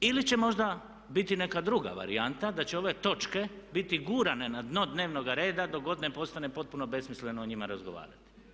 Ili će možda biti neka druga varijanta, da će ove točke biti gurane na dno dnevnoga reda dok god ne postane potpuno besmisleno o njima razgovarati.